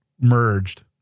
merged